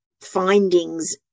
findings